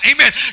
Amen